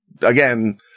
Again